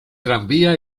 tranvía